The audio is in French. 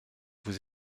vous